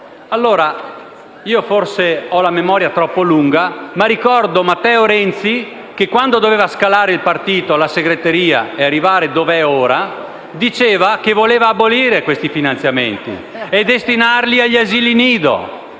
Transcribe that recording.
Allora, io forse ho la memoria troppo lunga ma ricordo Matteo Renzi che quando doveva scalare la segreteria del partito per arrivare dov'è ora diceva che voleva abolire questi finanziamenti e destinarli agli asili nido.